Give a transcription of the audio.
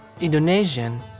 Indonesian